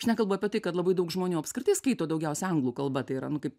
aš nekalbu apie tai kad labai daug žmonių apskritai skaito daugiausia anglų kalba tai yra kaip